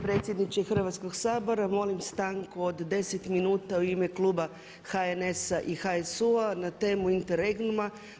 predsjedniče Hrvatskog sabora molim stanku od 10 minuta u ime kluba HNS-a i HSU-a na temu interregnuma.